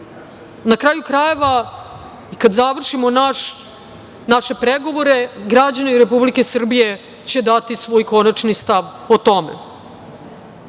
Na kraju krajeva, kada završimo naše pregovore građani Republike Srbije će dati svoj konačni stav o tome. Ali,